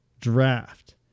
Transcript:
draft